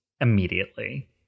immediately